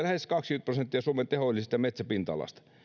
lähes kaksikymmentä prosenttia suomen tehollisesta metsäpinta alasta